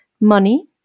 money